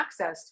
accessed